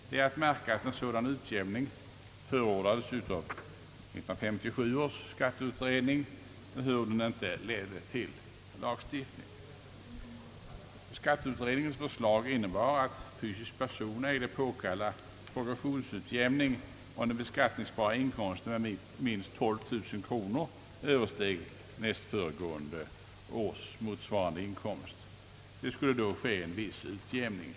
Det är att märka att en sådan utjämning förordades av 1957 års skatteutredning, ehuru den hittills icke lett till lagstiftning. Skatteutredningens förslag innebar att fysiska personer ägde påkalla progressionsutjämning om den beskattningsbara inkomsten med minst 12 000 kronor översteg näst föregående års motsvarande inkomst. Det skulle då ske en viss utjämning.